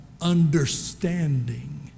understanding